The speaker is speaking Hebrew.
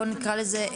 בוא נקרה לזה,